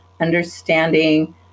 understanding